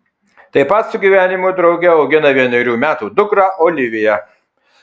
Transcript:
tai pat su gyvenimo drauge augina vienerių metų dukrą oliviją